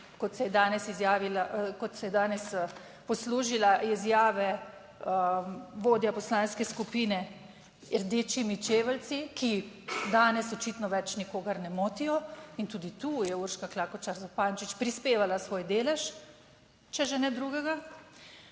kot se je danes poslužila izjave vodja poslanske skupine, z rdečimi čeveljci, ki danes očitno več nikogar ne motijo in tudi tu je Urška Klakočar Zupančič prispevala svoj delež, če že ne drugega,